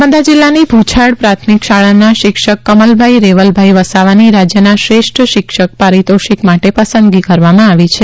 નર્મદા જિલ્લાની ભૂછાડ પ્રાથમિક શાળાના શિક્ષક કમલભાઈ રેવલભાઈ વસાવાની રાજ્યના શ્રેષ્ઠ શિક્ષક પારિતોષિક માટે પસંદગી કરવામાં આવી છે